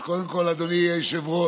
אז קודם כול, אדוני היושב-ראש,